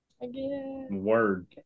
Word